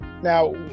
now